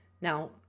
Now